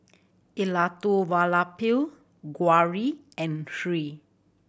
Elattuvalapil Gauri and Hri